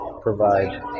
provide